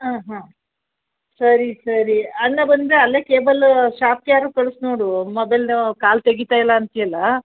ಹಾಂ ಹಾಂ ಸರಿ ಸರಿ ಅಣ್ಣ ಬಂದರೆ ಅಲ್ಲೇ ಕೇಬಲ್ ಶಾಪ್ಗಾರು ಕಳ್ಸಿ ನೋಡು ಮೊಬೈಲ್ದೊ ಕಾಲ್ ತೆಗಿತಾಯಿಲ್ಲ ಅಂತೀಯಲ್ಲ